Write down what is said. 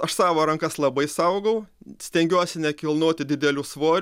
aš savo rankas labai saugau stengiuosi nekilnoti didelių svorių